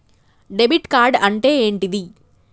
Debit card అంటే ఏంటిది?